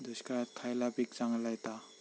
दुष्काळात खयला पीक चांगला येता?